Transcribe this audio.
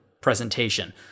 presentation